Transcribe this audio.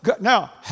Now